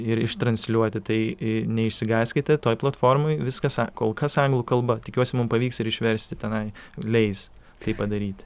ir ištransliuoti tai neišsigąskite toj platformoj viskas a kol kas anglų kalba tikiuosi mum pavyks ir išversti tenai leis tai padaryti